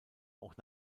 auch